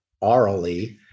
orally